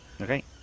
Okay